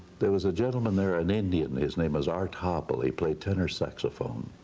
there was a gentleman there, an indian, his name was art hopple, he played tenor saxophone.